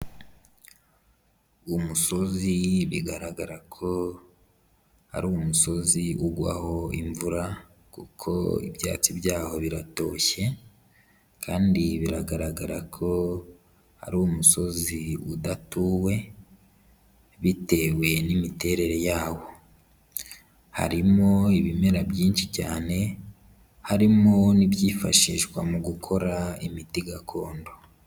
Umusozi bigaragara ko ari umusozi ugwaho imvura kuko ibyatsi by'aho biratoshye kandi biragaragara ko ari umusozi udatuwe bitewe n'imiterere yawo, harimo ibimera byinshi cyane, harimo n'ibyifashishwa mu gukora imiti gakondo.